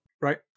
Right